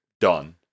done